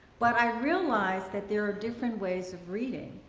but i realized that there are different ways of reading.